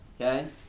okay